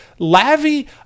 Lavi